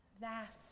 vast